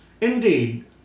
Indeed